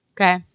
Okay